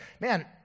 Man